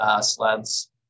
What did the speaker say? sleds